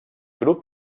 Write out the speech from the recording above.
grup